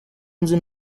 nzi